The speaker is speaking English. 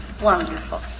wonderful